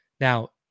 Now